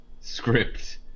script